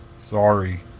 Sorry